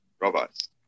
robots